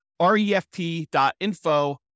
refp.info